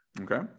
Okay